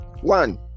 One